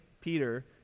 Peter